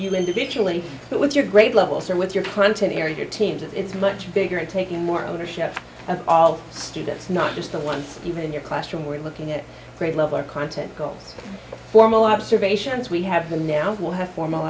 you individually who your grade levels are with your content area teams it's much bigger and taking more ownership of all students not just the ones even in your classroom we're looking at grade level or content goals formal observations we have the now will have formal